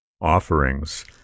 offerings